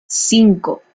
cinco